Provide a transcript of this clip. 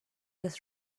des